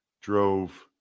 drove